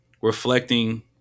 Reflecting